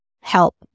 help